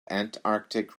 antarctic